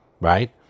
right